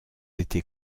été